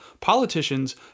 politicians